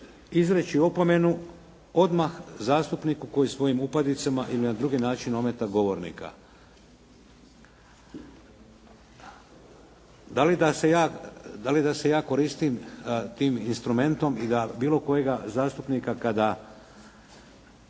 izreći opomenu odmah zastupniku koji svojim upadicama ili na drugi način ometa govornika. Da li da se ja koristim tim instrumentom i da bilo kojega zastupnika kada